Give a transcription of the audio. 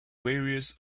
various